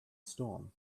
storm